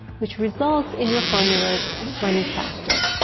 which results in your formulas running faster.